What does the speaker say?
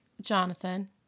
Jonathan